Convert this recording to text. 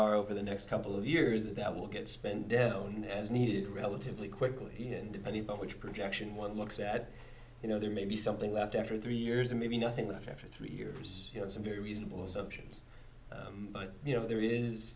are over the next couple of years that will get spend down as needed relatively quickly and depending on which projection one looks at you know there may be something left after three years and maybe nothing that after three years it will be reasonable assumptions but you know there is